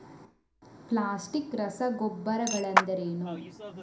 Plastic ರಸಗೊಬ್ಬರಗಳೆಂದರೇನು?